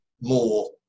more